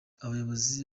abayobozi